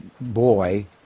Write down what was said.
boy